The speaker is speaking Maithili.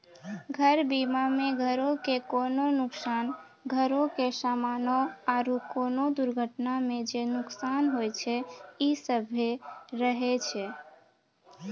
घर बीमा मे घरो के कोनो नुकसान, घरो के समानो आरु कोनो दुर्घटना मे जे नुकसान होय छै इ सभ्भे रहै छै